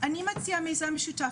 מציעה מיזם משותף.